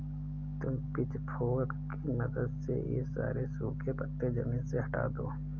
तुम पिचफोर्क की मदद से ये सारे सूखे पत्ते ज़मीन से हटा दो